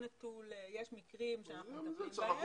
יש מקרים שאנחנו מטפלים בהם.